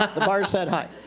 but the bar is set high.